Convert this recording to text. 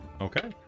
Okay